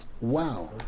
wow